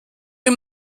ihm